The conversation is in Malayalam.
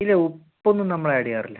ഇല്ല ഉപ്പൊന്നും നമ്മൾ ആഡ് ചെയ്യാറില്ല